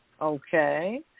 okay